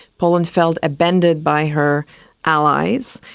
poland felt abandoned by her allies.